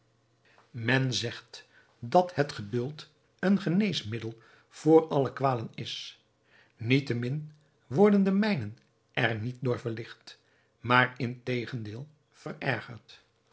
men zegt dat het geduld een geneesmiddel voor alle kwalen is niettemin worden de mijnen er niet door verligt maar integendeel verergerd